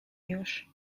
już